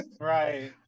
right